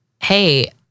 hey